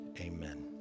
amen